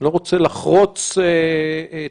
לא רוצה לחרוץ את